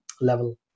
level